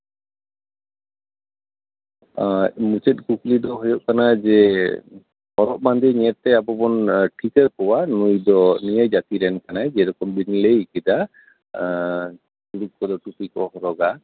ᱢᱩᱪᱟᱹᱫ ᱠᱩᱠᱞᱤ ᱫᱚ ᱦᱩᱭᱩᱜ ᱠᱟᱱᱟ ᱡᱮ ᱦᱚᱨᱚᱜ ᱵᱟᱸᱫᱮ ᱧᱮᱞᱛᱮ ᱟᱵᱚ ᱵᱚᱱ ᱴᱷᱤᱠᱟᱹ ᱠᱚᱣᱟ ᱱᱩᱭ ᱫᱚ ᱱᱤᱭᱟᱹ ᱡᱟᱹᱛᱤᱨᱮᱱ ᱠᱟᱱᱟᱭ ᱡᱮᱞᱮᱠᱟ ᱵᱤᱱ ᱞᱟᱹᱭ ᱠᱮᱫᱟ ᱛᱩᱲᱩᱠ ᱠᱚᱫᱚ ᱴᱩᱯᱤ ᱠᱚ ᱦᱚᱨᱚᱜᱟ